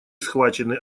схвачены